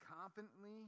confidently